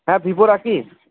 হ্যাঁ ভিভো রাখি